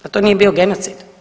Da to nije bio genocid?